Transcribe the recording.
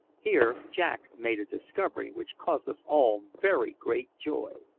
here jack made a discovery which caused us all very great joy.